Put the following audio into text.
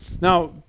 Now